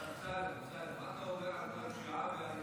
אמסלם, מה אתה אומר על הפשיעה ברחוב הערבי?